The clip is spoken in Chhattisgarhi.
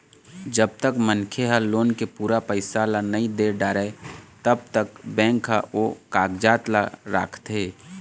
जब तक मनखे ह लोन के पूरा पइसा ल नइ दे डारय तब तक बेंक ह ओ कागजात ल राखथे